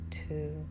two